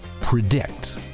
predict